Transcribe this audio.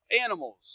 animals